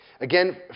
Again